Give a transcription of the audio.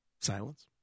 Silence